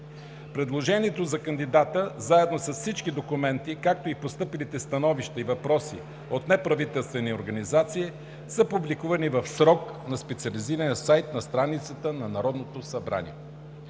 Предложението за кандидата, заедно с всички документи, както и постъпилите становища и въпроси от неправителствени организации са публикувани в срок на специализирания сайт на страницата на Народното събрание.